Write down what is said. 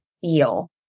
feel